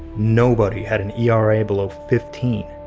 nobody had an era below fifteen.